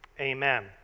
amen